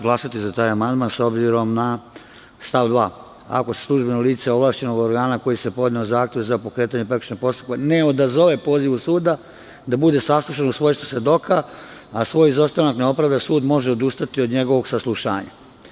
Glasaću za taj amandman, s obzirom na stav 2 – ako se službeno lice ovlašćenog organa koji je podneo zahtev za pokretanje prekršajnog postupka ne odazove pozivu suda, da bude saslušano u svojstvu svedoka, a svoj izostanak ne opravda, sud može odustati od njegovog saslušanja.